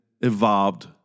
evolved